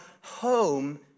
Home